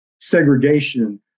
segregation